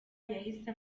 yahise